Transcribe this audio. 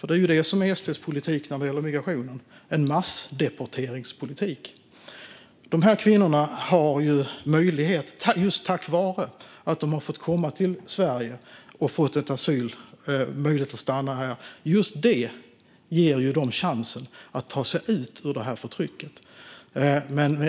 Det är ju det som är SD:s politik när det gäller migration - en massdeporteringspolitik. Just att de här kvinnorna har fått komma till Sverige och att de har möjlighet att stanna här ger dem chansen att ta sig ur det här förtrycket.